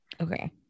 okay